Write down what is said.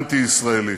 אנטי-ישראלי.